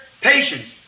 patience